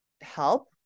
help